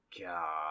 God